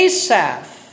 Asaph